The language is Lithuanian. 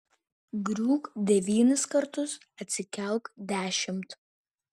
griūk devynis kartus atsikelk dešimt